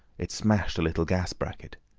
it smashed a little gas bracket.